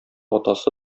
атасы